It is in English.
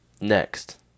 Next